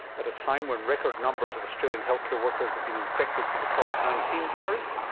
at a time when record numbers of australian healthcare workers have been infected with the covid nineteen virus,